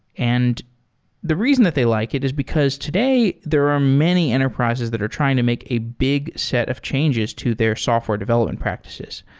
and the reason that they like it is because, today, there are many enterprises that are trying to make a big set of changes to their software development practices.